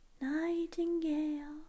Nightingale